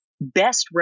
Best